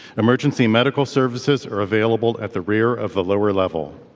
emergency medical services are available at the rear of the lower level.